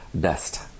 dust